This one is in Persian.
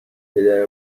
پدر